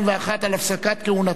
על הפסקת כהונתו, לא,